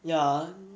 ya